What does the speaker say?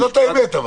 זאת האמת.